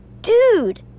Dude